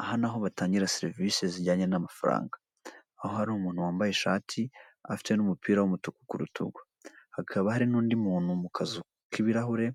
Aha ni aho batangira serivisi zijyanye n'amafaranga, aho hari umuntu wambaye ishati, afite n'umupira w'umutuku ku rutugu, hakaba hari n'undi muntu mu kazu k'ibirahure